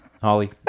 Holly